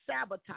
sabotage